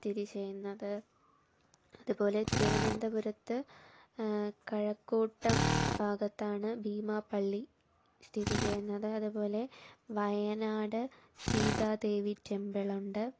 സ്ഥിതി ചെയ്യുന്നത് അതുപോലെ തിരുവനന്തപുരത്ത് കഴക്കൂട്ടം ഭാഗത്താണ് ബീമാപള്ളി സ്ഥിതിചെയ്യുന്നത് അതുപോലെ വയനാട് സീതാദേവി ടെമ്പിളുണ്ട്